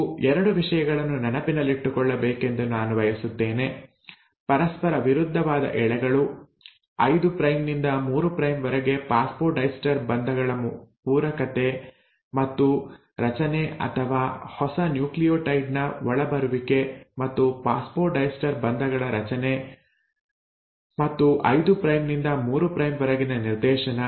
ನೀವು ಎರಡು ವಿಷಯಗಳನ್ನು ನೆನಪಿಟ್ಟುಕೊಳ್ಳಬೇಕೆಂದು ನಾನು ಬಯಸುತ್ತೇನೆ ಪರಸ್ಪರ ವಿರುದ್ಧವಾದ ಎಳೆಗಳು 5 ಪ್ರೈಮ್ ನಿಂದ 3 ಪ್ರೈಮ್ ವರೆಗಿನ ಫಾಸ್ಫೊಡೈಸ್ಟರ್ ಬಂಧಗಳ ಪೂರಕತೆ ಮತ್ತು ರಚನೆ ಅಥವಾ ಹೊಸ ನ್ಯೂಕ್ಲಿಯೋಟೈಡ್ ನ ಒಳಬರುವಿಕೆ ಮತ್ತು ಫಾಸ್ಫೊಡೈಸ್ಟರ್ ಬಂಧಗಳ ರಚನೆ ಮತ್ತು 5 ಪ್ರೈಮ್ ನಿಂದ 3 ಪ್ರೈಮ್ ವರೆಗಿನ ನಿರ್ದೇಶನ